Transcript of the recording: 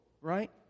right